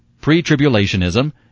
Pre-tribulationism